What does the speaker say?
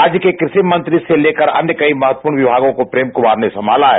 राज्य के कृषि मंत्री से लेकर अन्य कई महत्वपूर्ण विभागों को प्रेम कुमार ने संभाला है